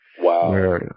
Wow